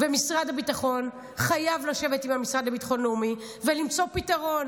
משרד הביטחון חייב לשבת עם המשרד לביטחון לאומי ולמצוא פתרון,